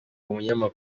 y’u